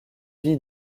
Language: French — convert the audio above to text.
vie